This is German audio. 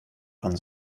von